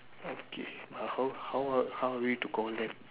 okay uh how how are how are we to call them